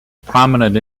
prominent